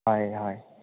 হয় হয়